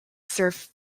serve